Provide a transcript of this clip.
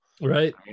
Right